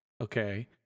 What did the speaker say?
okay